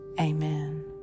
Amen